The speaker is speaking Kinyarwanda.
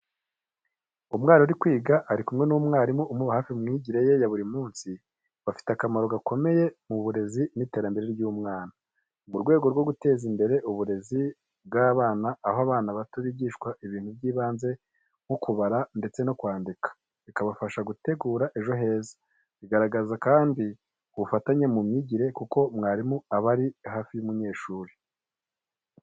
Umwana uri kwiga ari kumwe n'umwarimu umuba hafi mu myigire ye ya buri munsi, bifite akamaro gakomeye mu burezi n’iterambere ry’umwana. Ni mu rwego rwo guteza imbere uburezi bw’abana aho abana bato bigishwa ibintu by’ibanze nko kubara ndetse no kwandika, bikabafasha gutegura ejo heza. Bigaragaza kandi ubufatanye mu myigire kuko mwarimu aba ari hafi y’umunyeshuri